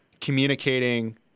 communicating